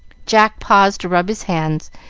jack paused to rub his hands,